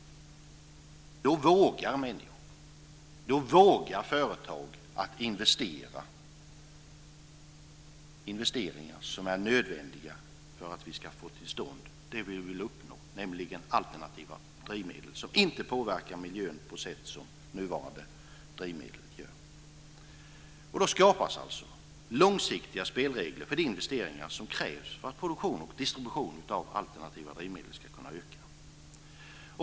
Då vågar människor och företag göra nödvändiga investeringar för att vi ska få till stånd det vi vill uppnå, nämligen alternativa drivmedel som inte påverkar miljön på det sätt som nuvarande drivmedel gör. Då skapas alltså långsiktiga spelregler för de investeringar som krävs för att produktion och distribution av alternativa drivmedel ska kunna öka.